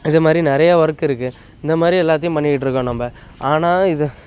இது மாதிரி நிறைய ஒர்க் இருக்கு இந்த மாதிரி எல்லாத்தையும் பண்ணிக்கிட்டுருக்கோம் நம்ப ஆனால் இது